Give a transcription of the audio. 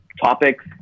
topics